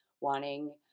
wanting